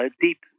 deep